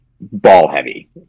ball-heavy